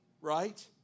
Right